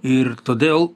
ir todėl